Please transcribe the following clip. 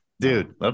dude